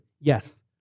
yes